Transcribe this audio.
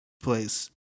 place